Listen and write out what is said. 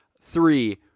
Three